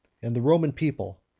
and the roman people,